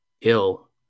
ill